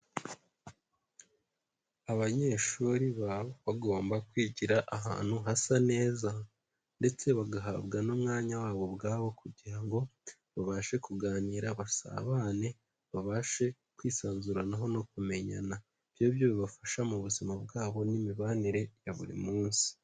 Abanyeshuri baba bagomba kwigira ahantu hasa neza ndetse bagahabwa n'umwanya wabo ubwabo kugira ngo babashe kuganira basabane, babashe kwisanzuranaho no kumenyana, ibyo ni byo bibafasha mu buzima bwabo n'imibanire ya buri munsi.